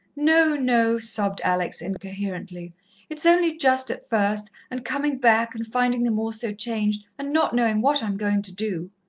no, no, sobbed alex incoherently it's only just at first, and coming back and finding them all so changed, and not knowing what i am going to do.